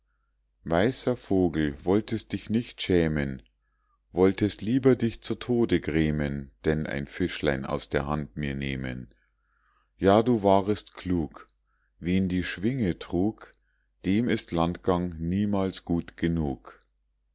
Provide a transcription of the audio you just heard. weißer vogel wolltest dich nicht schämen wolltest lieber dich zu tode grämen denn ein fischlein aus der hand mir nehmen ja du warest klug wen die schwinge trug dem ist landgang niemals gut genug